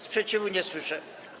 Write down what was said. Sprzeciwu nie słyszę.